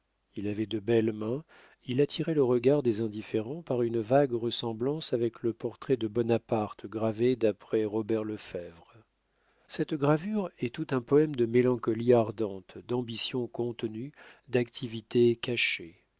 il avait de belles mains il attirait le regard des indifférents par une vague ressemblance avec le portrait de bonaparte gravé d'après robert lefebvre cette gravure est tout un poème de mélancolie ardente d'ambition contenue d'activité cachée